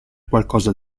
qualcosa